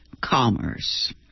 commerce